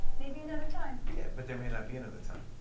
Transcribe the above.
maybe another time. yeah. but there may not be another time.